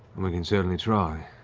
we can certainly try.